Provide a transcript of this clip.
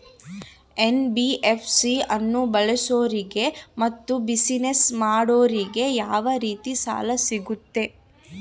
NBFC ಅನ್ನು ಬಳಸೋರಿಗೆ ಮತ್ತೆ ಬಿಸಿನೆಸ್ ಮಾಡೋರಿಗೆ ಯಾವ ರೇತಿ ಸಾಲ ಸಿಗುತ್ತೆ?